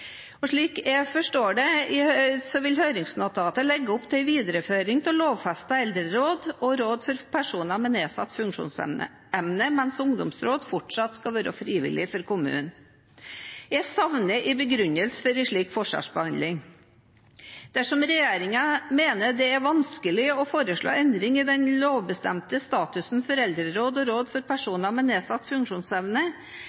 Slik jeg forstår det, vil høringsnotatet legge opp til en videreføring av lovfestede eldreråd og råd for personer med nedsatt funksjonsevne, mens ungdomsråd fortsatt skal være frivillig for kommunene. Jeg savner en begrunnelse for en slik forskjellsbehandling. Dersom regjeringen mener det er vanskelig å foreslå endring i den lovbestemte statusen for eldreråd og råd for personer med nedsatt funksjonsevne,